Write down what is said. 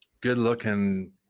good-looking